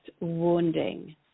wounding